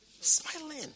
Smiling